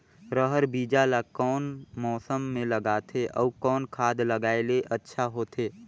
रहर बीजा ला कौन मौसम मे लगाथे अउ कौन खाद लगायेले अच्छा होथे?